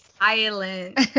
Silent